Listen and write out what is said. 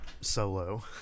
solo